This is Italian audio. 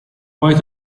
poi